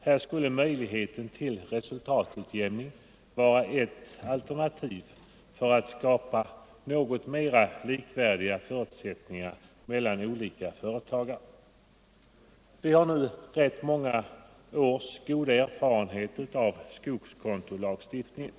Här skulle möjligheten till resultatutjämning vara ett alternativ då det gäller att skapa Nr 105 något mera likvärdiga förutsättningar mellan olika företagare. Onsdagen den Vi har nu rätt många års goda erfarenheter av skogskontolagstiftningen.